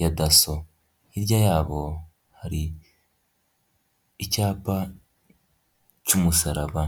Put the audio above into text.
ya daso hirya yabo hari icyapa cy'umusaraba.